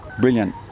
brilliant